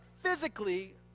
physically